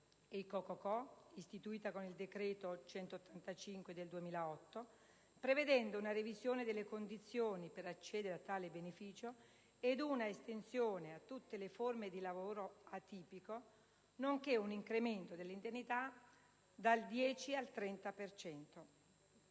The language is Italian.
Co.co.co, istituita con il decreto-legge n. 185 del 2008, prevedendo una revisione delle condizioni per accedere a tale beneficio ed un'estensione a tutte le forme di lavoro atipico, nonché un incremento dell'indennità dal 10 al 30